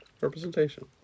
Representation